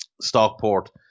Stockport